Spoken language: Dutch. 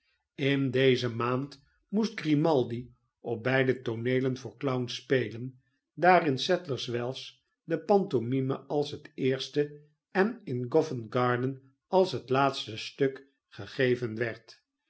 in deze maand moest grimaldi op beide tooneelen voor clown spelen daar in sadlerswells de pantomime als het eerste en in govent garden als het laatste stuk gegeven werd